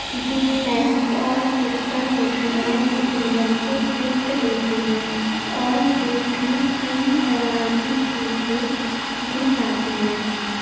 جو فرینڈس اور سسٹر ہوتے ہیں وہ دولہن کو گفٹ دیتی ہیں اور گفٹ میں کئی طرح کی چیزیں دی جاتی ہیں